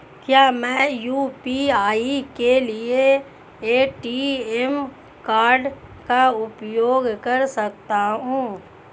क्या मैं यू.पी.आई के लिए ए.टी.एम कार्ड का उपयोग कर सकता हूँ?